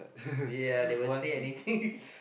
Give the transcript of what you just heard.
ya they will say anything